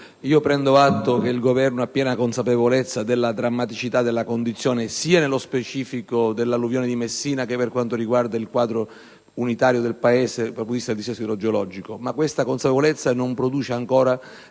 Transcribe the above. prendo atto che il Governo ha piena consapevolezza della drammaticità della condizione, sia nello specifico dell'alluvione di Messina sia per quanto riguarda l'intero Paese dal punto di vista del dissesto idrogeologico. Ma questa consapevolezza non produce ancora